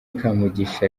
kamugisha